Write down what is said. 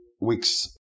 weeks